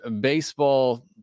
baseball